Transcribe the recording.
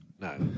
No